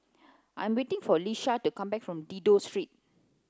I am waiting for Leisha to come back from Dido Street